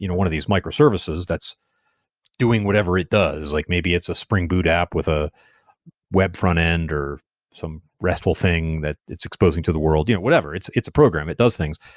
you know one of these microservices that's doing whatever it does. like maybe it's a spring boot app with a web frontend or some restful thing that it's exposing to the world, you know whatever. it's it's a program. it does things.